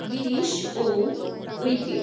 Girish Om Uike